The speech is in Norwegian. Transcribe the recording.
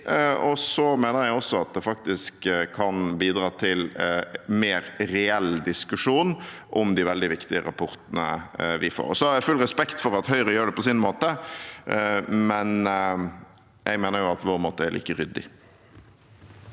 Jeg mener også at det faktisk kan bidra til mer reell diskusjon om de veldig viktige rapportene vi får. Jeg har full respekt for at Høyre gjør det på sin måte, men jeg mener at vår måte er like ryddig.